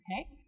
Okay